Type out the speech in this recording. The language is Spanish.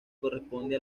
corresponde